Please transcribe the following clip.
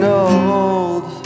old